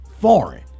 foreign